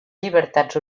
llibertats